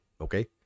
okay